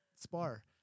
spar